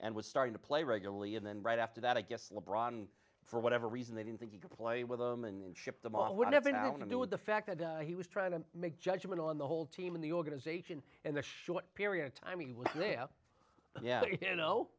and was starting to play regularly and then right after that i guess le bron for whatever reason they didn't think he could play with them and ship them on would have been i want to do with the fact that he was trying to make judgment on the whole team in the organization in the short period of time he was there but yeah you know